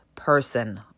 person